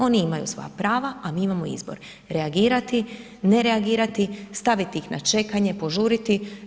Oni imaju svoja prava, a mi imamo izbor, reagirati, ne reagirati, staviti ih na čekanje, požuriti.